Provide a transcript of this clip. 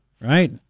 Right